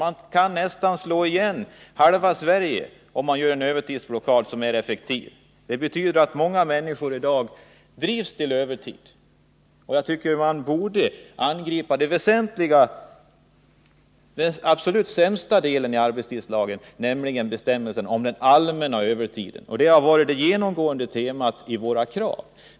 Man kan slå igen nästan halva Sverige genom en effektiv övertidsblockad. Det betyder att många människor i dag drivs till övertid. Det väsentliga är att angripa den absolut sämsta delen av arbetstidslagen, nämligen bestämmelsen om den allmänna övertiden. Det har varit det genomgående temat i våra krav.